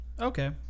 Okay